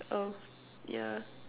oh yeah